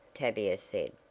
tavia said.